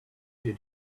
did